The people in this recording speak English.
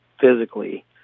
physically